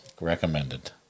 Recommended